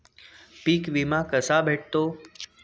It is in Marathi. पीक विमा कसा भेटतो?